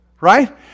right